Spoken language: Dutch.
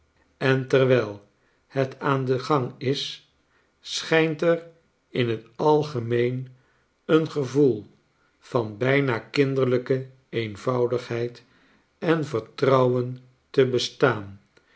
en terwijl het aan den gang is schijnt er in het algemeen een gevoel van bijna kinderlijke eenvoudigheid en vertrouwen te bestaan